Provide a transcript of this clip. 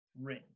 ring